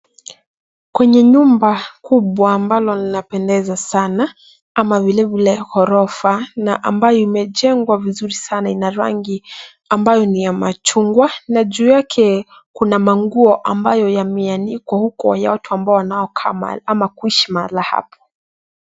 Kwenye jumba kubwa ambalo linapendeza sana ama vilevile orofa ambayo imejengwa vizuri sana ina rangi ambayo ni ya machungwa na juu yake kuna manguo ambayo yameanikwa huko ya watu wanaokaa ama kuishi mahala hapa.